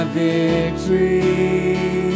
victory